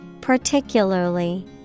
Particularly